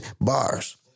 bars